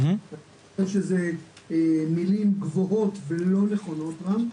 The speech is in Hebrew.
אני חושב שאלה מילים גבוהות ולא נכונות רם.